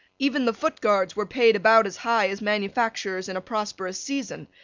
even the foot guards were paid about as high as manufacturers in a prosperous season,